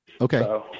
Okay